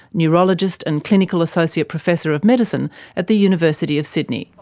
neurologist and clinical associate professor of medicine at the university of sydney.